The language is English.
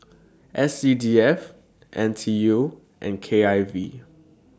S C D F N T U and K I V